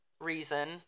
reason